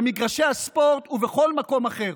במגרשי הספורט ובכל מקום אחר.